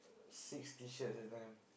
six T-shirts that time